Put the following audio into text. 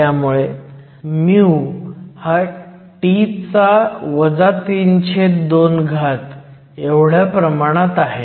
त्यामुळे μ हा T 32 च्या थेट प्रमाणात आहे